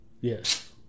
Yes